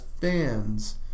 fans